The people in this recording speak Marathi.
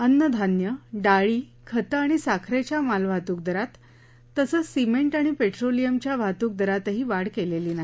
अन्नधान्य डाळी खतं आणि साखरेच्या मालवाहतूक दरात तसंच सिमेंट आणि पेट्रोलियमच्या वाहतूक दरातही वाढ केलेली नाही